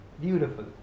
Beautiful